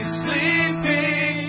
sleeping